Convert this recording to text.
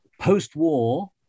Post-war